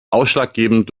ausschlaggebend